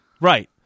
right